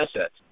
assets